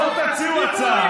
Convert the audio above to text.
בואו נשתף פעולה.